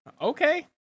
Okay